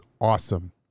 awesome